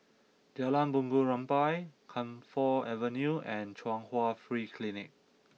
Jalan Bunga Rampai Camphor Avenue and Chung Hwa Free Clinic